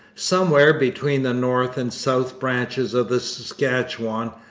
somewhere between the north and south branches of the saskatchewan,